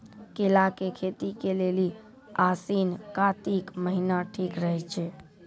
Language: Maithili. केला के खेती के लेली आसिन कातिक महीना ठीक रहै छै